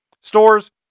stores